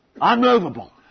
Unmovable